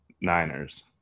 niners